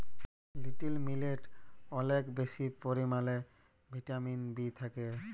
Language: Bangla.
লিটিল মিলেটে অলেক বেশি পরিমালে ভিটামিল বি থ্যাকে